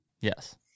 Yes